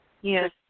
Yes